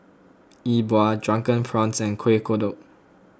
E Bua Drunken Prawns Kuih Kodok